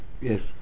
Yes